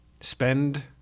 spend